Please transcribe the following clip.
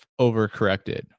overcorrected